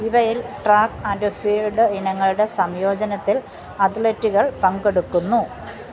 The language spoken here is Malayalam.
ഇവയിൽ ട്രാക്ക് ആൻഡ് ഫീൽഡ് ഇനങ്ങളുടെ സംയോജനത്തിൽ അത്ലറ്റുകൾ പങ്കെടുക്കുന്നു